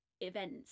events